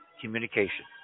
communication